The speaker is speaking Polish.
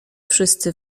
wszyscy